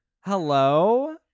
hello